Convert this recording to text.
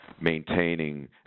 maintaining